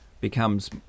becomes